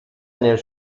nel